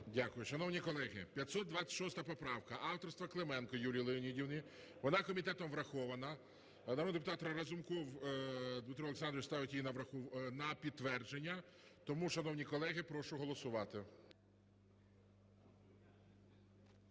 Дякую. Шановні колеги, 526 поправка авторства Клименко Юлії Леонідівни, вона комітетом врахована. Народний депутат Разумков Дмитро Олександрович ставить її на підтвердження. Тому, шановні колеги, прошу голосувати.